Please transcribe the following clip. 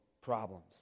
problems